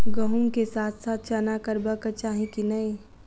गहुम केँ साथ साथ चना करबाक चाहि की नै?